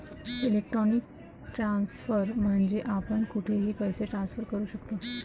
electronic transfer म्हणजे आपण कुठेही पैसे ट्रान्सफर करू शकतो